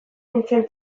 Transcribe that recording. nintzen